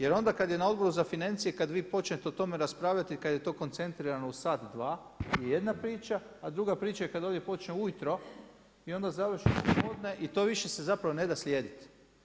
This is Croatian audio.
Jer onda kad je na Odboru za financije, kad vi počnete o tome raspravljati, kad je to koncentrirano u sat, dva, jedna priča, a druga priča kad ovdje počne ujutro, i onda završimo popodne i to više se zapravo ne da slijediti.